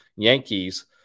Yankees